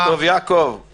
בוקר טוב, יעקב.